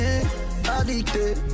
Addicted